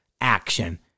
action